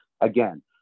again